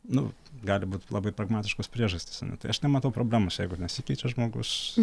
nu gali būt labai pragmatiškos priežastys tai aš nematau problemos jeigu nesikeičia žmogus